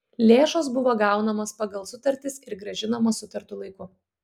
lėšos buvo gaunamos pagal sutartis ir grąžinamos sutartu laiku